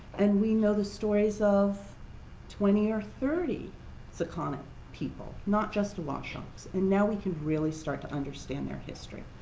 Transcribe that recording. and we know the stories of twenty or thirty sakonnet people, not just awashonks and now we can really start to understand their history.